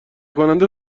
کننده